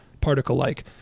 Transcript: particle-like